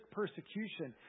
persecution